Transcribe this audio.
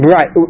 Right